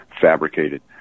fabricated